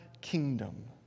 kingdom